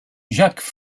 jacques